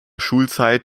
schulzeit